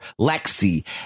Lexi